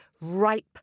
ripe